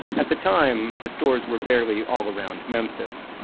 at the time, the stores were barely all around memphis,